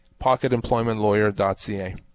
pocketemploymentlawyer.ca